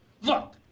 Look